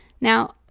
now